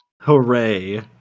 Hooray